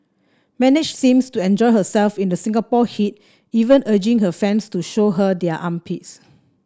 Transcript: manage seems to enjoy herself in the Singapore heat even urging her fans to show her their armpits